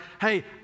hey